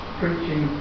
preaching